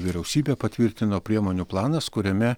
vyriausybė patvirtino priemonių planas kuriame